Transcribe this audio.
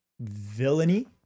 villainy